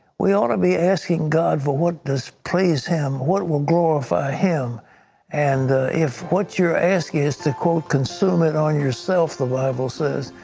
we ought to be asking god for what pleased him, what will glorify him and if what you are asking is to quote consume it all yourself the bible says,